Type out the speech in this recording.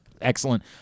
excellent